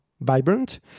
vibrant